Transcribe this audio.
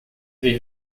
avait